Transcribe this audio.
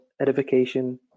edification